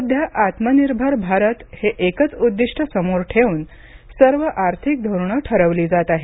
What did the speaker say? सध्या आत्मनिर्भर भारत हे एकच उद्दिष्ट समोर ठेवून सर्व आर्थिक धोरणं ठरवली जात आहेत